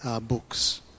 books